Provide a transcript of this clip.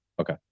Okay